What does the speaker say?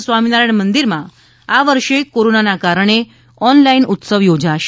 સ્વામીનારાથણ મંદિરમાં આ વર્ષે કોરોનાના કારણે ઓનલાઈન ઉત્સવ યોજાશે